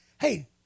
hey